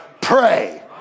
Pray